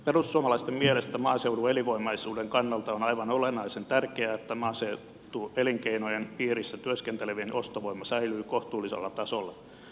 perussuomalaisten mielestä maaseudun elinvoimaisuuden kannalta on aivan olennaisen tärkeää että maaseutuelinkeinojen piirissä työskentelevien ostovoima säilyy kohtuullisella tasolla